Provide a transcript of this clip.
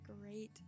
great